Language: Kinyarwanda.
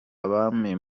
abami